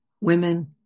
women